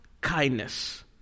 kindness